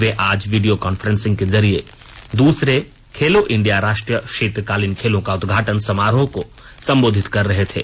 वे आज video conferencing के जरिए दूसरे खेलो इंडिया राष्ट्रीय शीतकालीन खेलों के उदघाटन समारोह को संबोधित कर रहे थे